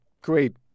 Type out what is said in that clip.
great